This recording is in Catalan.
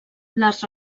les